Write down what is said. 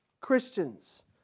Christians